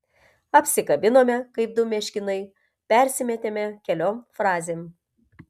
apsikabinome kaip du meškinai persimetėme keliom frazėm